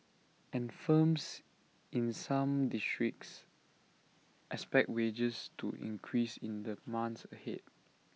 and firms in some districts expect wages to increase in the months ahead